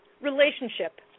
Relationship